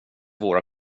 våra